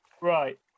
Right